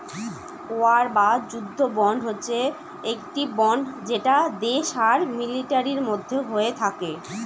war বা যুদ্ধ bond হচ্ছে একটি বন্ড যেটা দেশ আর মিলিটারির মধ্যে হয়ে থাকে